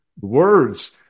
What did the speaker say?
words